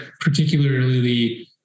particularly